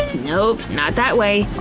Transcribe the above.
nope, not that way,